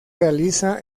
realiza